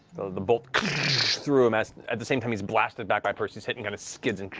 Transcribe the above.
the bolt through him at at the same time he's blasted back by percy's hit and kind of skids. and